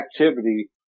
activity